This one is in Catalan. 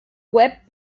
web